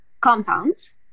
compounds